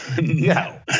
No